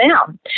down